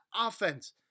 offense